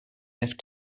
left